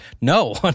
no